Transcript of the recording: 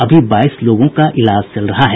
अभी बाईस लोगों का इलाज चल रहा है